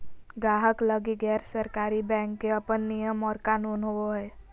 गाहक लगी गैर सरकारी बैंक के अपन नियम और कानून होवो हय